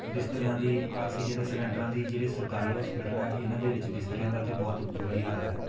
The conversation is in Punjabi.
ਬਿਸਤਰਿਆਂ ਦੀ ਆਕਸੀਜਨ ਦੇ ਸਿਲੰਡਰਾਂ ਦੀ ਜਿਹੜੇ ਸਰਕਾਰੀ ਹੋਸਪੀਟਲ ਆ ਇਹਨਾਂ ਦੇ ਵਿੱਚ ਬਿਸਤਰਿਆਂ ਦਾ ਤਾਂ ਬਹੁਤ ਬੁਰਾ ਹੀ ਹਾਲ ਹੈ